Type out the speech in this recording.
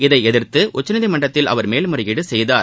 இதை எதிர்த்து உச்சநீதிமன்றத்தில் அவர் மேல்முறையீடு செய்தார்